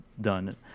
done